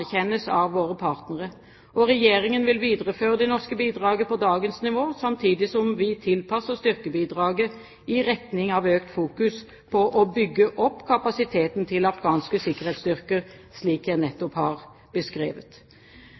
av våre partnere. Regjeringen vil videreføre det norske bidraget på dagens nivå, samtidig som vi tilpasser styrkebidraget i retning av økt fokus på å bygge opp kapasiteten til afghanske sikkerhetsstyrker, slik jeg nettopp har beskrevet.